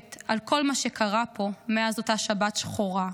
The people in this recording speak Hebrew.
על כל מה שקרה פה מאז אותה שבת שחורה.